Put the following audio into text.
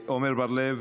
עמר בר-לב,